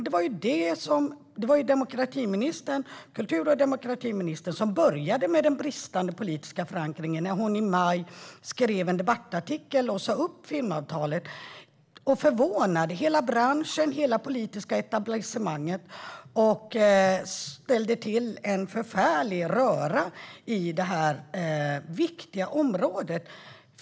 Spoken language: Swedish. Det var ju kultur och demokratiministern som började med den bristande politiska förankringen när hon i maj skrev en debattartikel och sa upp filmavtalet och förvånade hela branschen och hela det politiska etablissemanget. Hon ställde till en förfärlig röra på detta viktiga område.